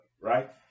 right